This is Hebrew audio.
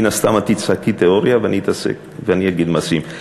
מן הסתם את תצעקי תיאוריה ואני אגיד מעשים.